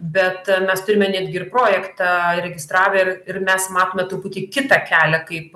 bet mes turime netgi ir projektą įregistravę ir ir mes matome truputį kitą kelią kaip